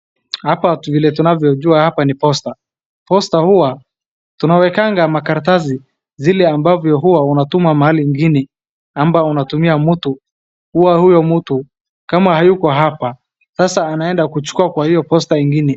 Hapa vile tunavyo jua hapa ni posta. Posta huwa tunawekanga makaratasi zile ambavyo huwa unatuma mahali ingine ama unatumia mtu. Hua huyo mtu kama hayuko hapa sasa anaenda kuchukua kwa hiyo posta ingine.